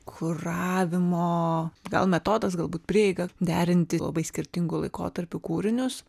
kuravimo gal metodas galbūt prieiga derinti labai skirtingų laikotarpių kūrinius